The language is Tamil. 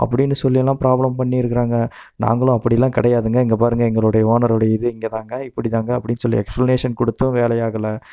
அப்படினு சொல்லி எல்லாம் ப்ராப்ளம் பண்ணியிருக்குறாங்க நாங்களும் அப்படிலாம் கிடையாதுங்க இங்கே பாருங்கள் எங்களுடைய ஓனருடைய இது இங்கே தாங்க இப்படி தாங்க அப்படினு சொல்லி எக்ஸ்பிளனேஷன் கொடுத்தும் வேலை ஆகல